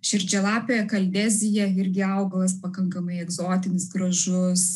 širdžialapė kaldezija irgi augalas pakankamai egzotinis gražus